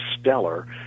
stellar